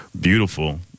beautiful